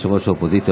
ראש האופוזיציה,